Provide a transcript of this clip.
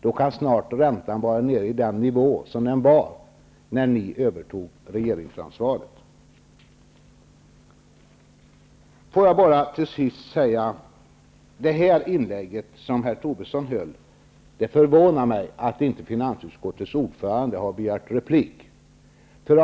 Då kan snart räntan vara nere på den nivå som den var på när ni övertog regeringsansvaret. Får jag bara till sist säga att det förvånar mig att inte finansutskottets ordförande har begärt replik på det inlägg som herr Tobisson höll.